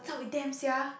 what's up with them sia